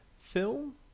film